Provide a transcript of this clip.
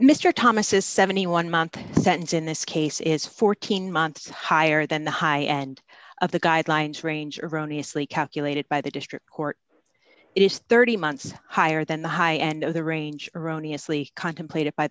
mister thomas seventy one month sentence in this case is fourteen months higher than the high end of the guidelines range erroneous lee calculated by the district court it is thirty months higher than the high end of the range erroneous lee contemplated by